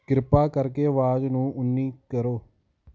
ਕਿਰਪਾ ਕਰਕੇ ਆਵਾਜ਼ ਨੂੰ ਉੱਨੀ ਕਰੋ